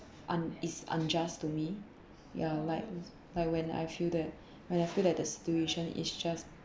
un~ is unjust to me ya like when I feel that when I feel that the situation is just